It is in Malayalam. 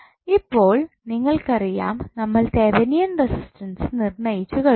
ഇപ്പോൾ നിങ്ങൾക്കറിയാം നമ്മൾ തെവനിയൻ റെസിസ്റ്റൻസ് നിർണ്ണയിച്ചു കഴിഞ്ഞു